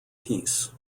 peace